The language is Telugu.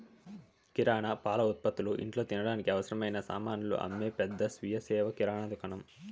కిరణా, పాల ఉత్పతులు, ఇంట్లో తినడానికి అవసరమైన సామానులు అమ్మే పెద్ద స్వీయ సేవ కిరణా దుకాణం